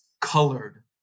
colored